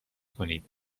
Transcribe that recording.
کنید